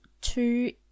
two